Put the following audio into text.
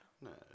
No